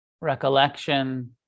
Recollection